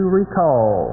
recall